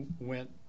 went